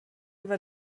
über